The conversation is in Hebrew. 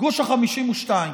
גוש ה-52.